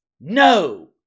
No